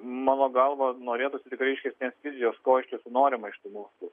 mano galva norėtųsi tikrai aiškesnės vizijos ko iš tiesų norima iš tų mokslų